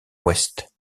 ouest